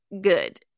good